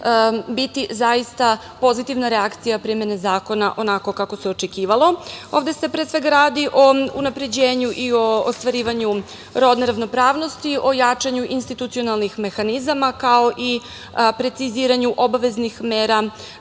biti zaista pozitivna reakcija primene zakona onako kako se očekivalo. Ovde se pre svega radi o unapređenju i o ostvarivanju rodne ravnopravnosti, o jačanju institucionalnih mehanizama, kao i preciziranju obaveznih mera